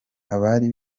abari